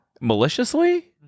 maliciously